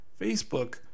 Facebook